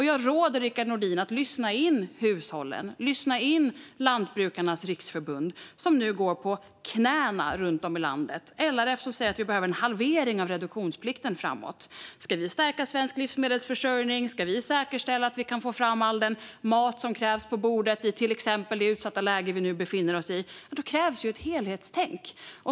Jag råder Rickard Nordin att lyssna in vad som framförs av hushållen och av Lantbrukarnas Riksförbund, LRF. Lantbrukarna går nu på knäna runt om i landet. LRF säger att vi behöver en halvering av reduktionsplikten framöver. Ska vi stärka svensk livsmedelsförsörjning och säkerställa att vi kan få fram all den mat som krävs på bordet i till exempel det utsatta läge vi nu befinner oss i krävs ett helhetstänk.